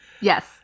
Yes